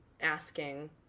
asking